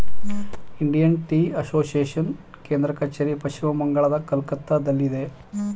Indian tea association ಕೇಂದ್ರ ಕಚೇರಿ ಪಶ್ಚಿಮ ಬಂಗಾಳದ ಕೊಲ್ಕತ್ತಾದಲ್ಲಿ